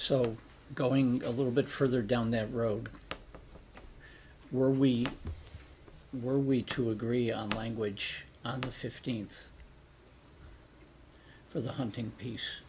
so going a little bit further down that road where we were we to agree on language on the fifteenth for the hunting piece